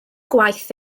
gwaith